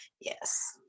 Yes